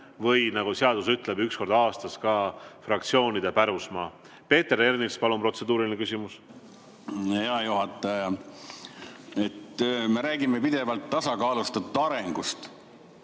või nagu seadus ütleb, üks kord aastas ka fraktsioonide pärusmaa. Peeter Ernits, palun, protseduuriline küsimus! Hea juhataja! Me räägime pidevalt tasakaalustatud arengust,